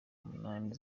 munani